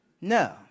No